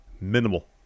minimal